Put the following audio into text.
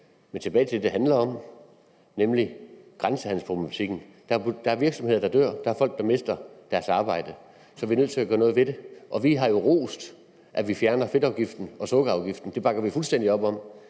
tilbage til det, det egentlig handler om, nemlig grænsehandelsproblematikken. Der er virksomheder, der dør, og der er folk, der mister deres arbejde. Det er vi nødt til at gøre noget ved. Vi har jo rost, at man fjerner fedtafgiften og sukkerafgiften. Det bakker vi fuldstændig op om.